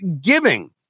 giving